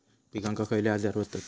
पिकांक खयले आजार व्हतत?